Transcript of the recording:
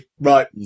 right